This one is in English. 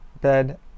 bed